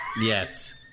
Yes